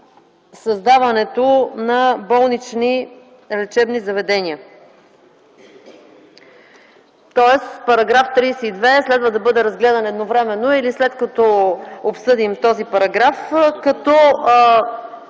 създаването на болнични лечебни заведения. Тоест § 32 следва да бъде разгледан едновременно или след като обсъдим този параграф. Моето